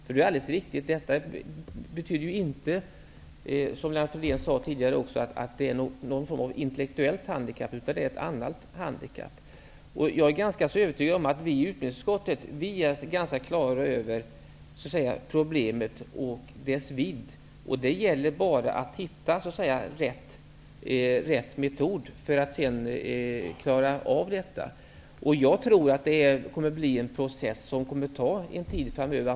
Detta betyder ju helt riktigt inte, som Lennart Fridén sade tidigare, att det är fråga om någon form av intellektuellt handikapp, utan det är ett annat handikapp. Jag är ganska övertygad om att vi i utbildningsutskottet är på det klara med problemet och dess vidd. Det gäller bara att hitta rätt metod för att sedan klara av problemet. Jag tror att det kommer att bli en process som tar tid framöver.